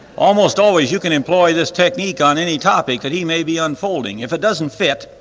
almost always you can employ this technique on any topic that he may be unfolding. if it doesn't fit,